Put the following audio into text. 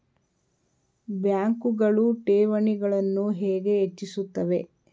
ಬ್ಯಾಂಕುಗಳು ಠೇವಣಿಗಳನ್ನು ಹೇಗೆ ಹೆಚ್ಚಿಸುತ್ತವೆ?